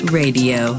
radio